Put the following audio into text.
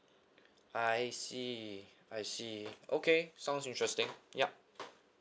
I see I see okay sounds interesting ya